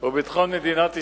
הוא ביטחון מדינת ישראל.